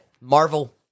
Marvel